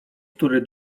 który